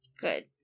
good